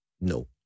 no